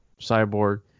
cyborg